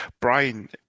Brian